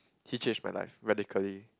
he changed my life radically